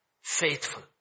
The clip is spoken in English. Faithful